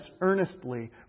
earnestly